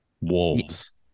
wolves